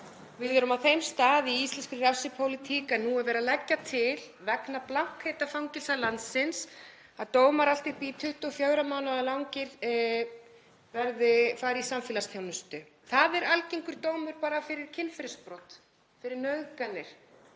Við erum á þeim stað í íslenskri refsipólitík að nú er verið að leggja til, vegna blankheita fangelsa landsins, að dómar allt upp í 24 mánaða langir fari í samfélagsþjónustu. Það er algengur dómur bara fyrir kynferðisbrot, fyrir nauðganir,